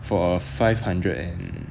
for a five hundred and